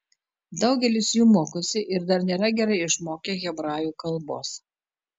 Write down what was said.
daugelis jų mokosi ir dar nėra gerai išmokę hebrajų kalbos